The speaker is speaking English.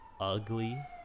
ugly